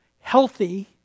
healthy